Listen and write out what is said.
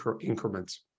increments